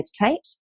meditate